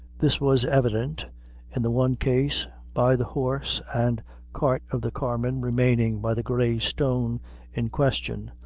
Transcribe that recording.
this was evident in the one case by the horse and cart of the carman remaining by the grey stone in question,